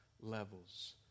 levels